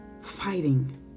fighting